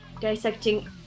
dissecting